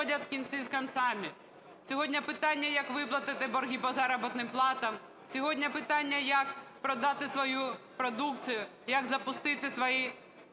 Сьогодні питання, як виплатити борги по заробітнім платам, сьогодні питання, як продати свою продукцію, як запустити свої